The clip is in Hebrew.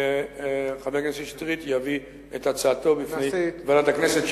וחבר הכנסת שטרית יביא את ההצעות בפני ועדת הכנסת,